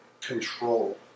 control